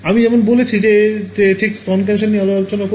আমি যেমন বলেছি আমরা ঠিক স্তন ক্যান্সার নিয়ে আরও কথা বলব